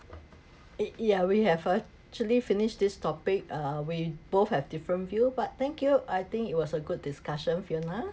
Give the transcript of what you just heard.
eh yeah we have actually finished this topic uh we both have different view but thank you I think it was a good discussion fiona